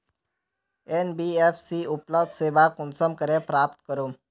NBFC उपलब्ध सेवा कुंसम करे प्राप्त करूम?